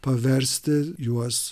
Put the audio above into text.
paversti juos